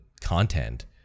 content